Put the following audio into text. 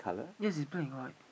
yes it's black and white